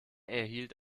erhielt